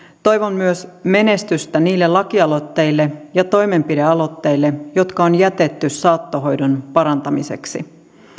toivon myös menestystä niille lakialoitteille ja toimenpidealoitteille jotka on jätetty saattohoidon parantamiseksi